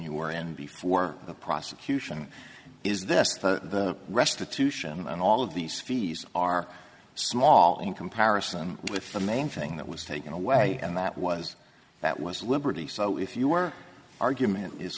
he were in before the prosecution is this the restitution and all of these fees are small in comparison with the main thing that was taken away and that was that was liberty so if you were argument is